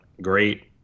great